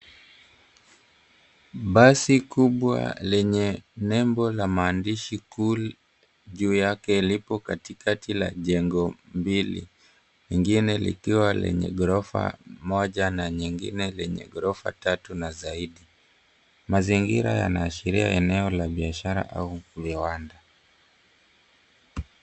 Basi kubwa lenye nembo la maandishi kuwa Cool juu yake lipo katikati ya jengo mbili lingine likiwa lenye gorofa moja na nyengine lenye gorofa tatu na zaidi. Mazingira yanaashiria eneo la biashara ama viawanda.